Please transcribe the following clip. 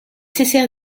cessèrent